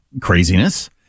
craziness